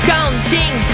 Counting